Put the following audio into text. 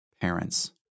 parents